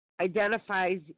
identifies